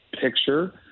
picture